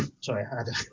Sorry